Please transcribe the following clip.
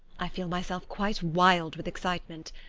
i feel myself quite wild with excitement.